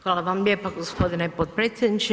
Hvala vam lijepa g. potpredsjedniče.